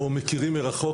או מכירים מרחוק,